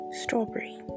strawberry